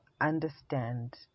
understand